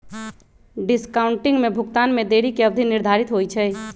discounting में भुगतान में देरी के अवधि निर्धारित होइ छइ